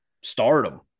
stardom